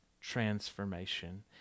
transformation